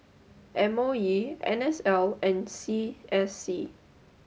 M O E N S L and C S C